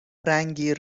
رنگی